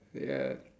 ya